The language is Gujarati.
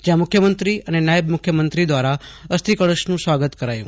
જયાં મુખ્યમંત્રી અને નાયબ મુખ્યમંત્રી દ્વારા અસ્થિકળશનું સ્વાગત કરાયું